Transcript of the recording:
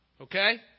Okay